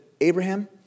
Abraham